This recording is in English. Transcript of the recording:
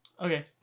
Okay